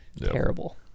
terrible